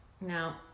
Now